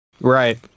Right